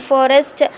Forest